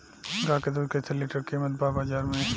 गाय के दूध कइसे लीटर कीमत बा बाज़ार मे?